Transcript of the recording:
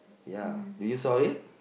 ya did you saw it